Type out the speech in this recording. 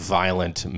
violent